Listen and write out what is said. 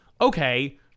okay